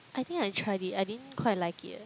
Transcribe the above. I think I tried it I didn't quite like it eh